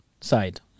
side